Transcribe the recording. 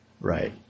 Right